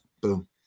Boom